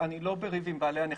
לא בריב עם בעלי הנכסים.